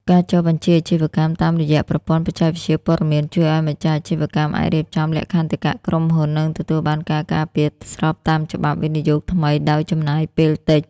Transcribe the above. ការចុះបញ្ជីអាជីវកម្មតាមរយៈ ប្រព័ន្ធបច្ចេកវិទ្យាព័ត៌មាន ជួយឱ្យម្ចាស់អាជីវកម្មអាចរៀបចំ លក្ខន្តិកៈក្រុមហ៊ុន និងទទួលបានការការពារស្របតាមច្បាប់វិនិយោគថ្មីដោយចំណាយពេលតិច។